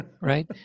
right